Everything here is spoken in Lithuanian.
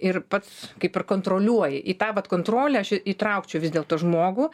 ir pats kaip ir kontroliuoji į tą vat kontrolę aš įtraukčiau vis dėlto žmogų